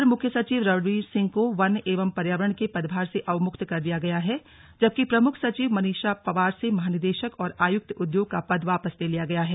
अपर मुख्य सचिव रणवीर सिंह को वन एवं पर्यावरण के पदभार से अवमुक्त कर दिया गया है जबकि प्रमुख सचिव मनीषा पंवार से महानिदेशक और आयुक्त उद्योग का पद वापस ले लिया गया है